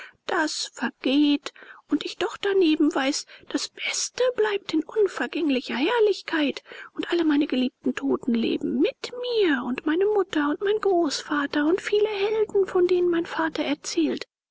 das vergeht und ich doch daneben weiß das beste bleibt in unvergänglicher herrlichkeit und alle meine geliebten toten leben mit mir und meine mutter und mein großvater und viele helden von denen mein vater erzählt